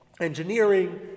engineering